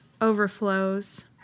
overflows